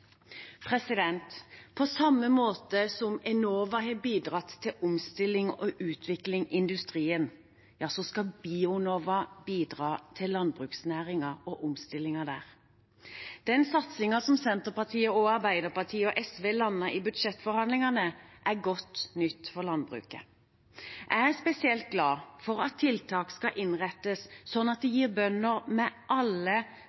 På samme måte som Enova har bidratt til omstilling og utvikling i industrien, skal Bionova bidra til landbruksnæringen og omstillingen der. Den satsingen som Senterpartiet, Arbeiderpartiet og SV landet i budsjettforhandlingene, er godt nytt for landbruket. Jeg er spesielt glad for at tiltak skal innrettes slik at de gir bønder med alle